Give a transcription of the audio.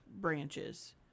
branches